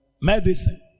Medicine